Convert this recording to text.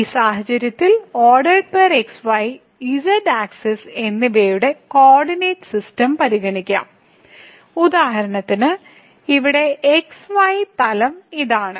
ഈ സാഹചര്യത്തിൽ x y z axis എന്നിവയുടെ കോർഡിനേറ്റ് സിസ്റ്റം പരിഗണിക്കാം ഉദാഹരണത്തിന് ഇവിടെ xy തലം ഇതാണ്